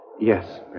Yes